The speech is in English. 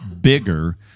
bigger